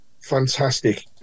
fantastic